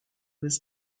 was